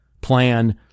plan